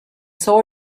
saw